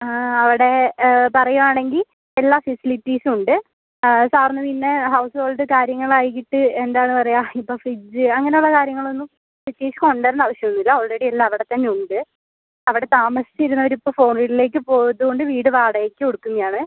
അവിടെ പറയുവാണെങ്കിൽ എല്ലാ ഫെസിലിറ്റീസും ഉണ്ട് സാറിന് പിന്നെ ഹൗസ്ഹോൾഡ് കാര്യങ്ങൾ ആയിട്ട് എന്താണ് പറയുക ഇപ്പോൾ ഫ്രിഡ്ജ് അങ്ങനെ ഉള്ള കാര്യങ്ങൾ ഒന്നുംപ്രത്യേകിച്ച് കൊണ്ടുതരണ്ട ആവശ്യം ഒന്നും ഇല്ല ഓൾറെഡി എല്ലാ അവടെ തന്നെ ഉണ്ട് അവടെ താമസിച്ചവര് ഇപ്പോൾ ഫോറിനിലേക്ക് പോയത് കൊണ്ട് വീട് വാടകയ്ക്ക് കൊടുക്കുന്ന ആണ്